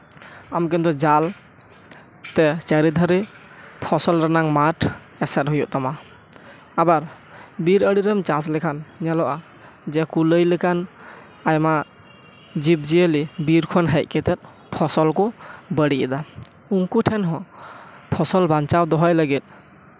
ᱟᱢ ᱠᱤᱱᱛᱩ ᱡᱟᱞ ᱛᱮ ᱪᱟᱨᱮ ᱫᱷᱟᱨᱮ ᱯᱷᱚᱥᱚᱞ ᱨᱮᱱᱟᱜ ᱢᱟᱴᱷ ᱮᱥᱮᱫ ᱦᱩᱭᱩᱜ ᱛᱟᱢᱟ ᱟᱵᱟᱨ ᱵᱤᱨ ᱟᱲᱮᱨᱮᱢ ᱪᱟᱥ ᱞᱮᱠᱷᱟᱱ ᱧᱮᱞᱚᱜᱼᱟ ᱡᱮ ᱠᱩᱞᱟᱹᱭ ᱞᱮᱠᱟᱱ ᱟᱭᱢᱟ ᱡᱤᱵᱽᱼᱡᱤᱭᱟᱹᱞᱤ ᱵᱤᱨ ᱠᱷᱚᱱ ᱦᱮᱡ ᱠᱟᱛᱮᱫ ᱯᱷᱚᱥᱚᱞ ᱠᱚ ᱵᱟᱹᱲᱤᱡ ᱮᱫᱟ ᱩᱱᱠᱩ ᱴᱷᱮᱱ ᱦᱚᱸ ᱯᱷᱚᱥᱚᱞ ᱵᱟᱧᱪᱟᱣ ᱫᱚᱦᱚᱭ ᱞᱟᱹᱜᱤᱫ